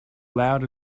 loud